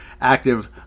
active